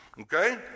Okay